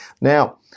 Now